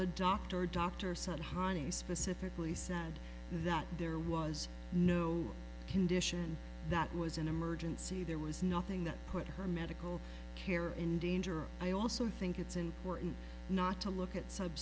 the doctor dr said heinie specifically said that there was no condition that was an emergency there was nothing that put her medical care in danger i also think it's important not to look at